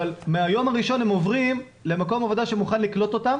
אבל מהיום הראשון הם עוברים למקום עבודה שמוכן לקלוט אותם